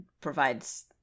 provides